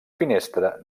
finestra